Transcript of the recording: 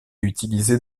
utilisée